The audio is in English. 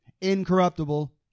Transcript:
incorruptible